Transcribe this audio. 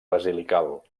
basilical